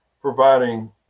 providing